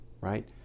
right